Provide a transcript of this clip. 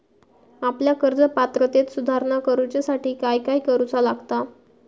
आपल्या कर्ज पात्रतेत सुधारणा करुच्यासाठी काय काय करूचा लागता?